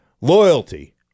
Loyalty